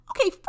okay